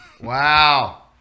Wow